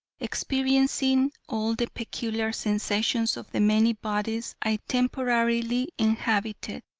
experiencing all the peculiar sensations of the many bodies i temporarily inhabited.